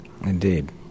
Indeed